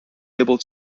able